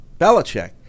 Belichick